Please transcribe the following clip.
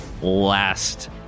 last